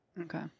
Okay